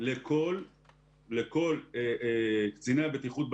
לכל קציני הבטיחות בצבא,